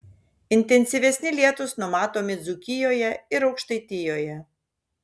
intensyvesni lietūs numatomi dzūkijoje ir aukštaitijoje